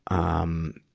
um,